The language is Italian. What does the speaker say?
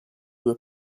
due